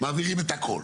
מעבירים את הכול.